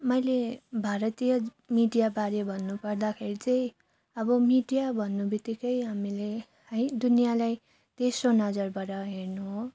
मैले भारतीय मिडियाबारे भन्नु पर्दाखेरि चाहिँ अब मिडिया भन्ने बितिकै हामीले है दुनियाँलाई तेस्रो नजरबाट हेर्नु हो